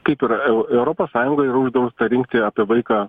kaip yra eu europos sąjungoje yra uždrausta rinkti apie vaiką